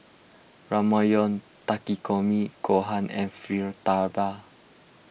Ramyeon Takikomi Gohan and Fritada